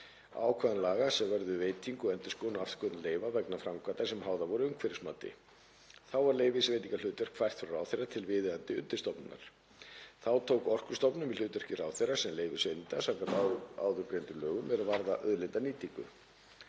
ákvæðum laga sem vörðuðu veitingu og endurskoðun á afturköllun leyfa vegna framkvæmda sem háðar voru umhverfismati. Þá var leyfisveitingarhlutverk fært frá ráðherra til viðeigandi undirstofnunar. Þá tók Orkustofnun við hlutverki ráðherra sem leyfisveitandi samkvæmt áðurgreindum lögum er varða auðlindanýtingu.